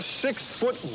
six-foot